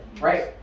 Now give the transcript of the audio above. Right